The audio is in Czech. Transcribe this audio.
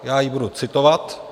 Já ji budu citovat.